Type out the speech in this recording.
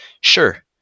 Sure